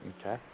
Okay